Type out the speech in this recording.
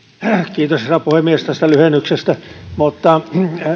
kiitos herra puhemies tästä lyhennyksestä